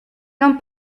non